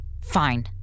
Fine